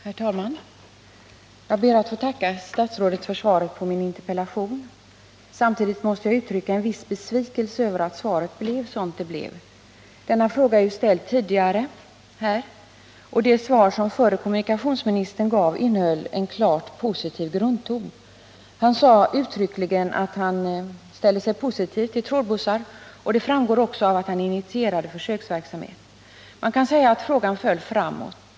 Herr talman! Jag ber att få tacka statsrådet för svaret på min interpellation. Samtidigt måste jag uttrycka en viss besvikelse över att svaret blev som det blev. Denna fråga har ju ställts tidigare, och det svar som förre kommunikationsministern gav innehöll en klart positiv grundton. Han sade uttryckligen att han ställde sig positiv till trådbussar. Det framgick också av att han initierade försöksverksamhet. Man kan säga att frågan föll framåt.